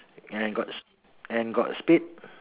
and got and got spade